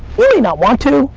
maybe not want to.